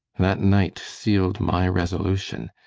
that night sealed my resolution.